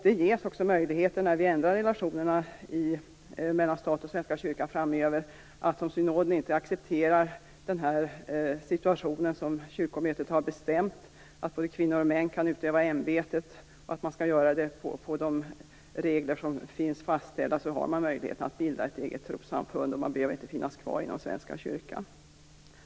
När vi framöver ändrar relationerna mellan staten och Svenska kyrkan och synoden då inte accepterar den situation som kyrkomötet har bestämt, dvs. att både kvinnor och män kan utöva ämbetet och göra det enligt de regler som är fastställda, har man möjlighet att bilda ett eget trossamfund och behöver inte vara kvar inom Svenska kyrkan.